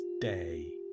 day